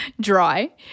dry